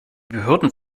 behörden